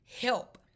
help